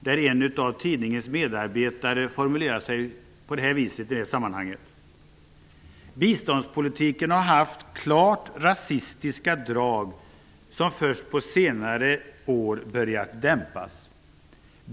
Där formulerar sig en av tidningens medarbetare på det här sättet: ''Biståndspolitiken har haft klart rasistiska drag som först på senare år börjat dämpas.